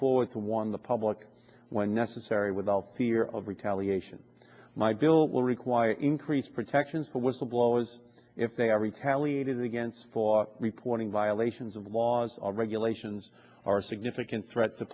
forward to warn the public when necessary without fear of retaliation my bill will require increased protections for whistleblowers if they are retaliated against for reporting violations of laws or regulations are a significant threat to